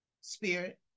spirit